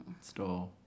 Store